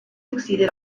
exceeded